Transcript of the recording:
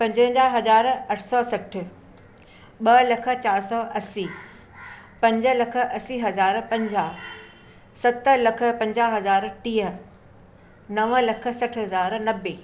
पंजवंजाहु हज़ार अठ सौ सठ ॿ लख चारि सौ असी पंज लख असी हज़ार पंजाहु सत लख पंजा हज़ार टीह नव लख सठ हज़ार नवे